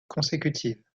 consécutive